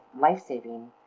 life-saving